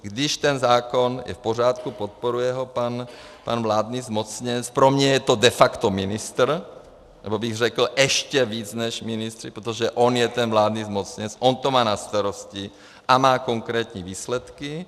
Když ten zákon je v pořádku, podporuje ho pan vládní zmocněnec, pro mě je to de facto ministr, nebo bych řekl ještě víc než ministr, protože on je ten vládní zmocněnec, on to má na starosti a má konkrétní výsledky.